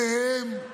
מהן,